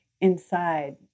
inside